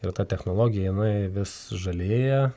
ir ta technologija jinai vis žalėja